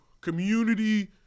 community